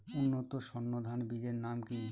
উন্নত সর্ন ধান বীজের নাম কি?